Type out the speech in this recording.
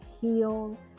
heal